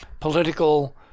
political